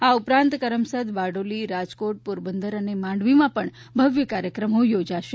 આ ઉપરાંત કરમસદ બારડોલી રાજકોટ પોરબંદર અને માંડવીમાં પણ ભવ્ય કાર્યક્રમો યોજાશે